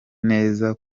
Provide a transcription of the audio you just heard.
neza